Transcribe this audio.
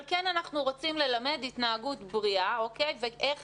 כן אנחנו רוצים ללמד התנהגות בריאה ואיך